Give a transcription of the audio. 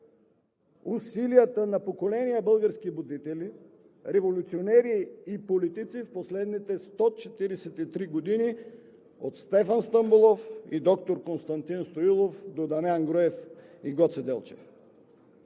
усилието на поколения български будители, революционери и политици в последните 143 години – от Стефан Стамболов и доктор Константин Стоилов до Дамян Груев и Гоце Делчев!